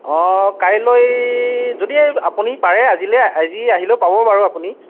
অঁ কাইলৈ যদি আপুনি পাৰে আজিলৈ আজি আহিলেও পাব বাৰু আপুনি